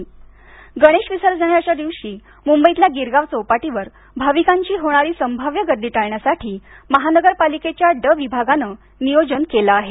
विसर्जन गणेश विसर्जनाच्या दिवशी मुंबईतल्या गिरगाव चौपाटीवर भाविकांची होणारी संभाव्य गर्दी टाळण्यासाठी महानगरपालिकेच्या ड विभागानं नियोजन केलं आहे